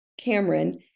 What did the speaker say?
Cameron